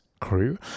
crew